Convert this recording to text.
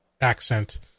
accent